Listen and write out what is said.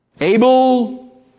Abel